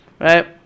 Right